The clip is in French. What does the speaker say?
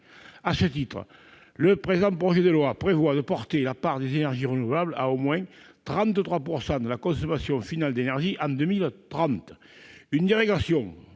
À ce titre, le présent projet de loi prévoit de porter la part des énergies renouvelables à au moins 33 % de la consommation finale d'énergie en 2030.